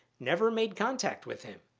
never made contact with him.